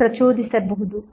ಪ್ರಚೋದಿಸಬಹುದು